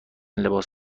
لباس